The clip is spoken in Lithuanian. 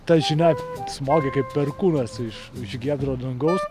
ta žinia smogė kaip perkūnas iš iš giedro dangaus